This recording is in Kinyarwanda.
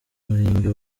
murenge